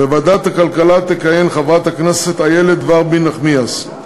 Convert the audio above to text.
בוועדת הכלכלה תכהן חברת הכנסת איילת נחמיאס ורבין,